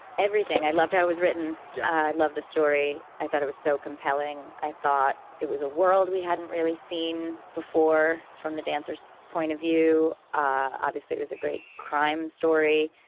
everything i loved how was written. yeah i i love the story. i thought it was so compelling. i thought it was a world we hadn't really seen before from the dancers point of view. obviously it was a great crime story.